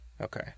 Okay